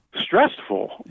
stressful